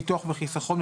ביטוח וחיסכון,